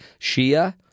Shia